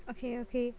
okay okay